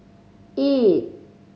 eight